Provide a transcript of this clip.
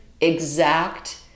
exact